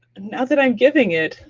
now that i'm giving it,